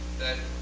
that